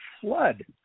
flood